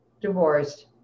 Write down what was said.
divorced